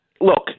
Look